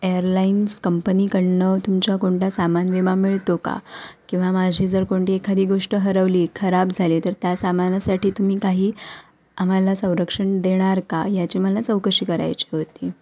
airlines कंपनीकडून तुमचा कोणता सामान विमा मिळतो का किंवा माझी जर कोणती एखादी गोष्ट हरवली खराब झाली तर त्या सामानासाठी तुम्ही काही आम्हाला संरक्षण देणार का याची मला चौकशी करायची होती